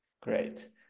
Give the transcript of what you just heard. Great